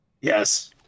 Yes